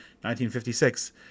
1956